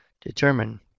determine